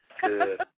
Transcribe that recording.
Good